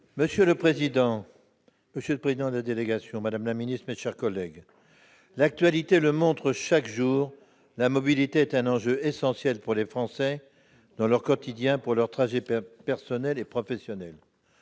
Monsieur le président, monsieur le président de la délégation, madame la ministre, mes chers collègues, l'actualité le montre chaque jour : la mobilité est un enjeu essentiel pour les Français, dans leur quotidien, pour leurs trajets personnels et professionnels.